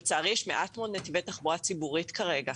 לצערי יש מעט מאוד נתיבי תחבורה ציבורית כרגע.